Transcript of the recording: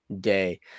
day